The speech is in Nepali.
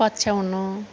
पछ्याउनु